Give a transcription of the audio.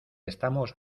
estamos